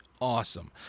awesome